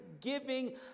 giving